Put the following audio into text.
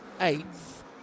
eighth